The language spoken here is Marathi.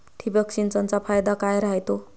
ठिबक सिंचनचा फायदा काय राह्यतो?